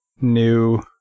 new